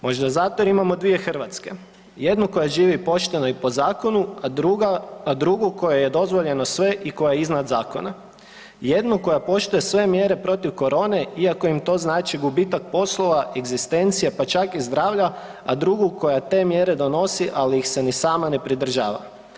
Možda zato jer imamo 2 Hrvatske, jednu koja živi pošteno i po zakonu, a drugu kojoj je dozvoljeno sve i koja je iznad zakona, jednu koja poštuje sve mjere protiv korone iako im to znači gubitak poslova, egzistencija, pa čak i zdravlja, a drugu koja te mjere donosi, ali ih se ni sama ne pridržava.